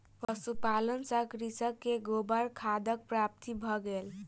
पशुपालन सॅ कृषक के गोबर खादक प्राप्ति भ गेल